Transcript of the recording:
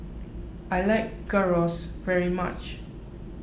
I like Gyros very much